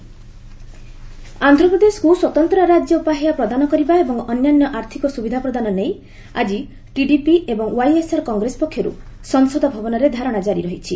TDP protest ଆନ୍ଧ୍ରପ୍ରଦେଶକୁ ସ୍ୱତନ୍ତ୍ର ରାଜ୍ୟ ପାହ୍ୟା ପ୍ରଦାନ କରିବା ଏବଂ ଅନ୍ୟାନ୍ୟ ଆର୍ଥିକ ସୁବିଧା ପ୍ରଦାନ ନେଇ ଆକି ଟିଡିପି ଏବଂ ୱାଇଏସ୍ଆର୍ କଂଗ୍ରେସ ପକ୍ଷରୁ ସଂସଦ ଭବନରେ ଧାରଣା ଜାରି ରହିଛି